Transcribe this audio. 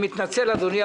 הישיבה ננעלה בשעה 11:25.